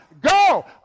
Go